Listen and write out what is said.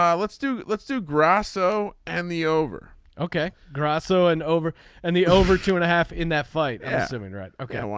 um let's do let's do grasso and the over ok grasso and over and the over two and a half in that fight. esserman right. okay.